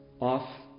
off